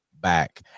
back